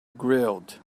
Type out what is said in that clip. grilled